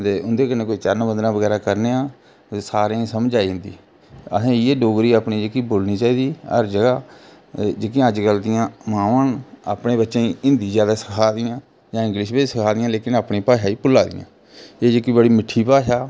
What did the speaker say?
ते उं'दे कन्नै कोई चरणबंदना बगैरा करने आं ते सारें गी समझ आई जंदी असें गी इ'यै डोगरी अपनी जेह्की बोलनी चाहिदी हर जगह् जेह्कियां अजकल जि'यां मावां न अपने बच्चें गी हिंदी जैदा सखाऽ दियां जां इंग्लिश बी सखाऽ दियां लेकिन अपनी भाशा गी भुल्ला दियां एह् जेह्की बड़ी मिट्ठी भाशा